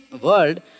world